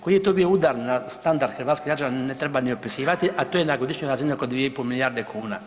Koji je to bio udar na standard hrvatskih građana ne treba ni opisivati, a to je na godišnjoj razini oko 2,5 milijarde kuna.